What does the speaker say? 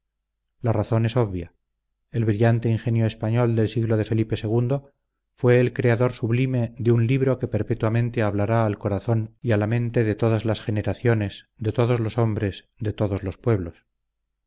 la razón es obvia el brillante ingenio español del siglo de felipe ii fue el creador sublime de un libro que perpetuamente hablará al corazón y a la mente de todas las generaciones de todos los hombres de todos los pueblos